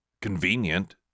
convenient